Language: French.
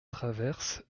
traverses